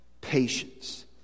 patience